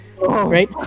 Right